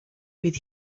fydd